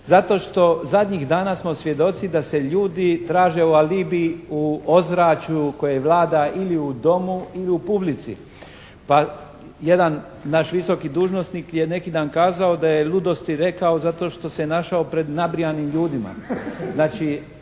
zato što zadnjih dana smo svjedoci da se ljudi traže u alibi u ozračju koje vlada ili u domu ili u publici pa jedan naš visoki dužnosnik je neki dan kazao da je ludosti rekao zato što se našao pred nabrijanim ljudima. Znači